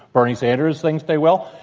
bernie sanders thinks they will.